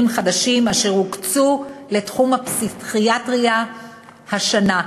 חדשים אשר הוקצו לתחום הפסיכיאטריה השנה,